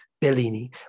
Bellini